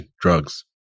drugs